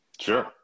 sure